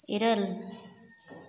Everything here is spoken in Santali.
ᱤᱨᱟᱹᱞ